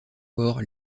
corps